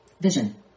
vision